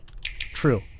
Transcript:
True